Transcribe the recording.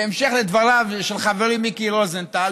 בהמשך לדבריו של חברי מיקי רוזנטל,